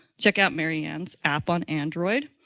check out mary ann's app on android.